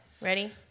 Ready